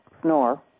snore